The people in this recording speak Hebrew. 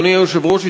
אדוני היושב-ראש,